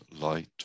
light